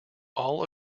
all